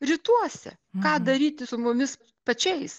rytuose ką daryti su mumis pačiais